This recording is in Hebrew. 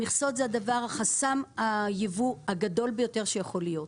המכסות זה חסם הייבוא הגדול ביותר שיכול להיות.